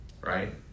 right